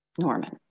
Norman